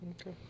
Okay